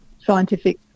scientific